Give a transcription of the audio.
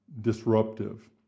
disruptive